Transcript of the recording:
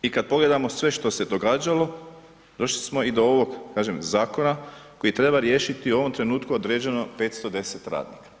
I kad pogledamo sve što se događalo, došli smo i do ovog, kažem, zakona koji treba riješiti, u ovom trenutku određeno 510 radnika.